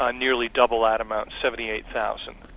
ah nearly double that amount, seventy eight thousand.